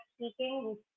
speaking